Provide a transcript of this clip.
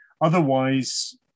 otherwise